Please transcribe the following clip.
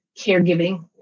caregiving